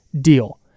deal